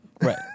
Right